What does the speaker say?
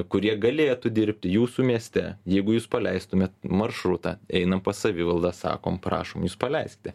kurie galėtų dirbti jūsų mieste jeigu jūs paleistumėt maršrutą einam pas savivaldą sakom prašom jūs paleiskite